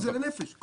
זה לנפש.